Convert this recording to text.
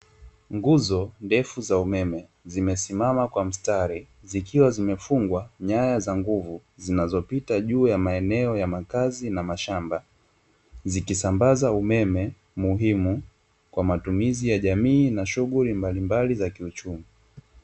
Nguzo ndefu za umeme zimesimama kwa mstari, zikiwa zimefungwa nyaya za nguvu, zinazopita juu ya maeneo ya makazi na mashamba, zikisambaza umeme muhimu kwa matumizi ya jamii na shughuli mbalimbali za kiuchumi.